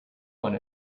want